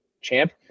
champ